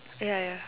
ya ya